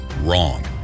Wrong